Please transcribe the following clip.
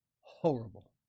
horrible